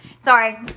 Sorry